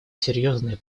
серьезные